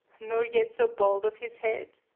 nor yet so bald of his head?